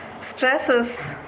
stresses